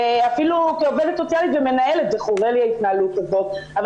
אפילו כעובדת סוציאלית וכמנהלת ההתנהלות הזו חורה לי,